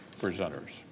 presenters